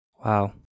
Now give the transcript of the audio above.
Wow